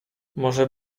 może